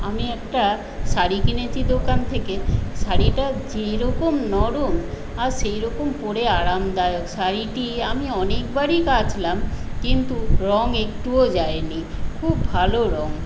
আমি একটা শাড়ি কিনেছি দোকান থেকে শাড়িটা যেইরকম নরম আর সেইরকম পরে আরামদায়ক শাড়িটি আমি অনেকবারই কাচলাম কিন্তু রঙ একটুও যায়নি খুব ভালো রঙ